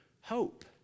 hope